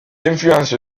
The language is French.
influence